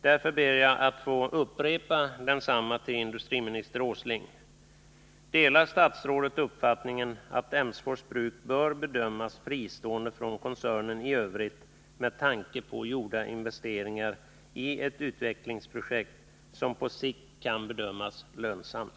Därför ber jag att få upprepa densamma till industriminister Åsling: Delar statsrådet uppfattningen att Emsfors bruk bör bedömas fristående från koncernen i övrigt med tanke på gjorda investeringar i ett utvecklingsprojekt, som på sikt kan bedömas lönsamt?